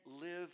live